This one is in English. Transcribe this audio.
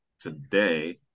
today